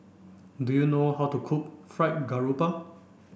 do you know how to cook Fried Garoupa